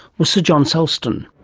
was sir john sulston.